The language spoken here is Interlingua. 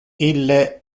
ille